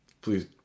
please